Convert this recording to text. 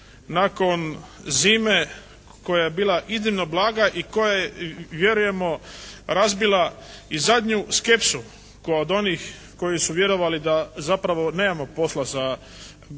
nakon zime koja je bila iznimno blaga i koja je vjerujemo razbila i zadnju skepsu kod onih koji su vjerovali da zapravo nemamo posla sa globalnim